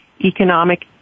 economic